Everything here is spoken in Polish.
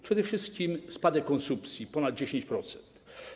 Przede wszystkim spadek konsumpcji wyniósł ponad 10%.